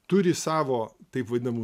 turi savo taip vadinamų